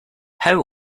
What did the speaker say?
how